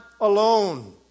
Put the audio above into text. alone